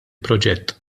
proġett